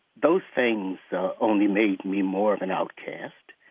those things only made me more of an outcast.